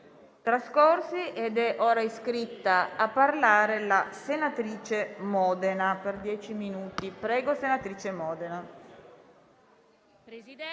Presidente,